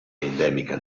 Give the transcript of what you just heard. endemica